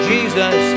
Jesus